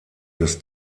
des